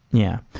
yeah.